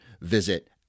visit